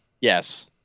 yes